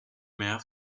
mehr